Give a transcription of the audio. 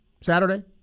Saturday